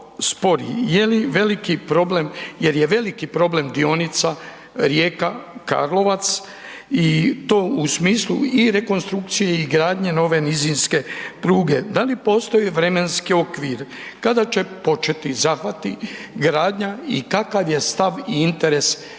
jel je veliki problem dionica Rijeka-Karlovac i to u smislu i rekonstrukcije i gradnje nove nizinske pruge? Da li postoje vremenski okvir? Kada će početi zahvati, gradnja i kakva je stav i interes EU?